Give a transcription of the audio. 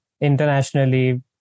internationally